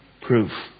proof